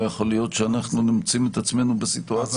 יכול להיות שאנחנו מוצאים את עצמנו בסיטואציה הזו".